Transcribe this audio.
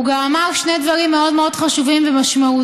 הוא גם אמר שני דברים מאוד מאוד חשובים ומשמעותיים: